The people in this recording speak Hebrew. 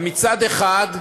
מצד אחד,